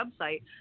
website